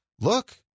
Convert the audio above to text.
look